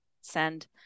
Send